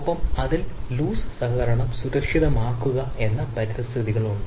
ഒപ്പം അതിൽ ലൂസ് സഹകരണം സുരക്ഷിതമാക്കുക എന്നത് പരിതസ്ഥിതികളാണ്